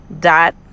dot